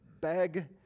beg